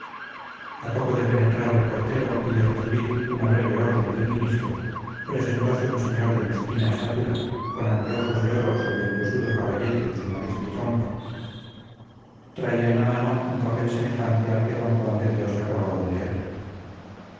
a poco de penetrar el portero y de recibir una breve orden del ministro presentose un señor de mezquina estatura con anteojos de oro sobre el huesudo caballete de su nariz de trompa traía en la mano un papel semejante al que d juan de dios acababa de leer